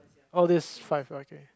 oh there's five okay